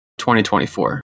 2024